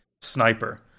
sniper